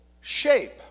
shape